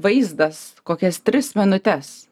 vaizdas kokias tris minutes